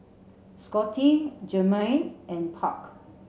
Scottie Jermaine and Park